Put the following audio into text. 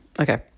Okay